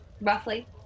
roughly